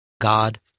God